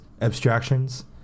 abstractions